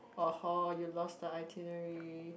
oh hor you lost the itinerary